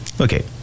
Okay